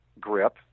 grip